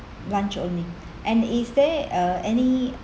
lunch only and is there uh any